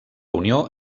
unió